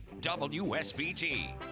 WSBT